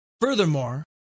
Furthermore